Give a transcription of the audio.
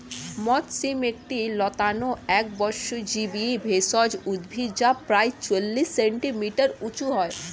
মথ শিম একটি লতানো একবর্ষজীবি ভেষজ উদ্ভিদ যা প্রায় চল্লিশ সেন্টিমিটার উঁচু হয়